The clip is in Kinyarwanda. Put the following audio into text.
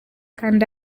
kanda